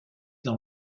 dans